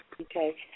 Okay